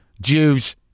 Jews